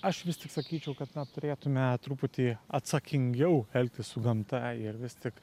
aš vis tik sakyčiau kad na turėtume truputį atsakingiau elgtis su gamta ir vis tik